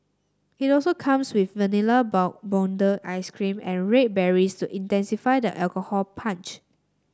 it also comes with Vanilla Bourbon ice cream and red berries to intensify the alcohol punch